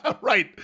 right